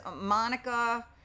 Monica